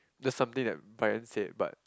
that's something like Bryan said but